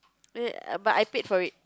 err but I paid for it